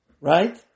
right